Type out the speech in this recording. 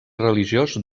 religiós